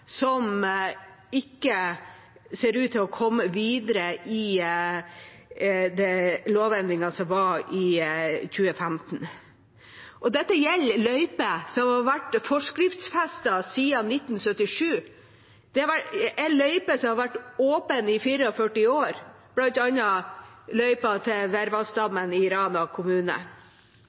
som ikke ser ut til å komme videre i lovendringen som var i 2015. Dette gjelder løyper som har vært forskriftsfestet siden 1977. Det er løyper som har vært åpne i 44 år, bl.a. løypa til Virvassdammen i Rana kommune.